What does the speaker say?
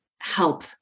help